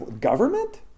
government